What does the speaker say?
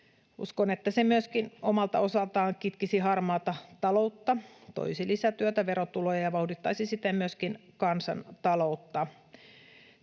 Uskon, että se myöskin omalta osaltaan kitkisi harmaata taloutta, toisi lisätyötä, verotuloja ja vauhdittaisi siten myöskin kansantaloutta.